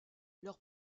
leur